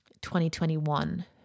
2021